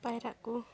ᱯᱟᱭᱨᱟᱜ ᱠᱚ